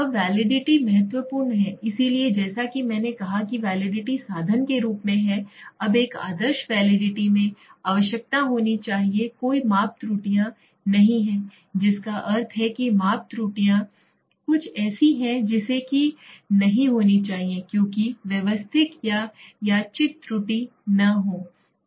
अब वैलिडिटी महत्वपूर्ण है इसलिए जैसा कि मैंने कहा कि वैलिडिटी साधन के रूप में हैअब एक आदर्श वैलिडिटी में आवश्यकता होनी चाहिए कोई माप त्रुटियां नहीं हैं जिसका अर्थ है कि माप त्रुटियां कुछ ऐसी हैं जैसे कि नहीं होनी चाहिए कोई व्यवस्थित या यादृच्छिक त्रुटि न हो